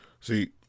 See